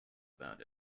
about